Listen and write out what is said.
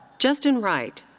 justin wright.